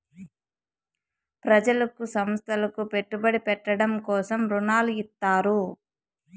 ప్రజలకు సంస్థలకు పెట్టుబడి పెట్టడం కోసం రుణాలు ఇత్తారు